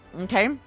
Okay